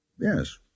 Yes